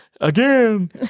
again